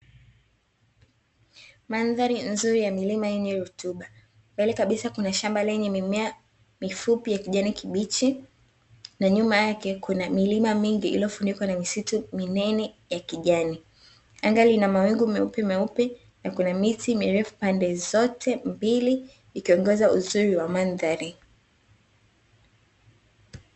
Mandhari nzuri ya milima yenye rutuba. Mbele kabisa kuna shamba lenye mimea mifupi ya kijani kibichi na nyuma yake kuna milima mingi iliyofunikwa na misitu minene ya kijani. Anga lina mawingu meupemeupe na kuna miti mirefu pande zote mbili, ikiongeza uzuri wa mandhari.